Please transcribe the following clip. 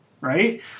Right